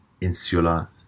Insula